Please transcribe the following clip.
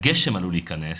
הגשם עלול להיכנס,